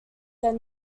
than